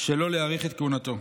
שלא להאריך את כהונתו.